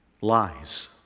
Lies